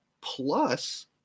Plus